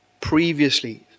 previously